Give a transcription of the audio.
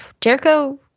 Jericho